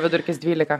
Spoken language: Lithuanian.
vidurkis dvylika